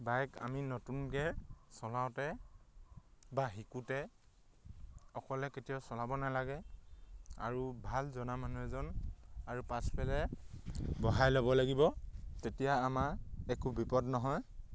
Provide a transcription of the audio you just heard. bike আমি নতুনকৈ চলাওঁতে বা শিকোঁতে অকলে কেতিয়াও চলাব নালাগে আৰু ভাল জনা মানুহ এজন আৰু পাছফালে বহাই ল'ব লাগিব তেতিয়া আমাৰ একো বিপদ নহয়